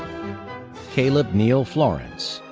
caleb neil florence.